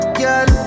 girl